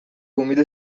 امید